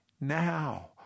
now